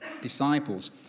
disciples